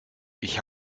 ich